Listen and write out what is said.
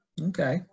Okay